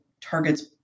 targets